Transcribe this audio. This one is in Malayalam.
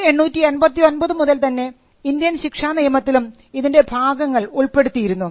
1889 മുതൽ തന്നെ ഇന്ത്യൻ ശിക്ഷാനിയമത്തിലും ഇതിൻറെ ഭാഗങ്ങൾ ഉൾപ്പെടുത്തിയിരുന്നു